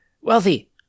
wealthy